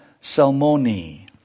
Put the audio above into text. Salmoni